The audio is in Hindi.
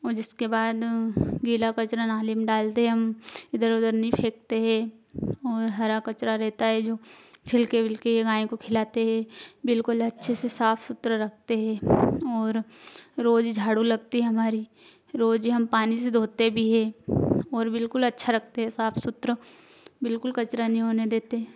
और जिसके बाद गीला कचरा नाली में डालते हैं हम इधर उधर नहीं फेंकते हैं और हरा कचरा रहता है जो छिलके विलके गाय को खिलाते हैं बिलकुल अच्छे से साफ सुथरा रखते हैं और रोज झाडू लगती है हमारी रोज ही हम पानी से धोते भी हैं और बिलकुल अच्छा रखते हैं साफ सुथरा बिलकुल कचरा नहीं होने देते